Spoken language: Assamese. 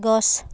গছ